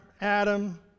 Adam